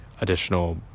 additional